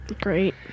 Great